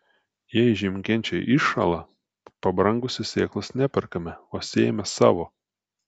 jei žiemkenčiai iššąla pabrangusios sėklos neperkame o sėjame savo